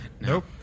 nope